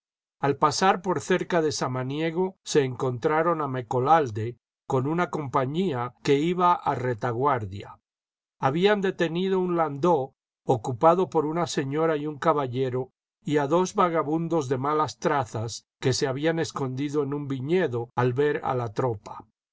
al pasar por cerca de samaniego se encontraron a mccoialde con una compañía que iba a retaguardia habían detenido un lando ocupado por una señora y uñ caballero y a dos vagabundos de malas trazas que se habían escondido en un viñedo al ver a la tropa